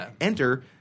enter